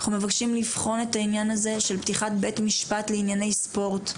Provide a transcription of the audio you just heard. אנחנו מבקשים לבחון את העניין הזה של פתיחת בית משפט לענייני ספורט,